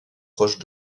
proches